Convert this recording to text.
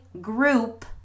group